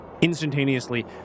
instantaneously